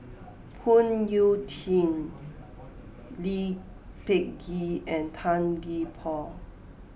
Phoon Yew Tien Lee Peh Gee and Tan Gee Paw